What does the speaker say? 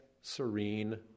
serene